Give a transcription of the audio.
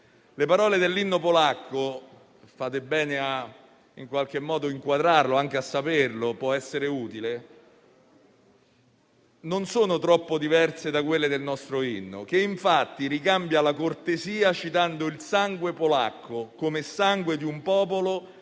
Le parole dell'inno polacco - fareste bene a saperlo, colleghi, perché può essere utile - non sono troppo diverse da quelle del nostro inno, che infatti ricambia la cortesia citando il sangue polacco, come sangue di un popolo